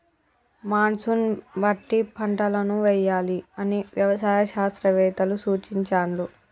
monsoon బట్టి పంటలను వేయాలి అని వ్యవసాయ శాస్త్రవేత్తలు సూచించాండ్లు